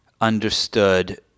understood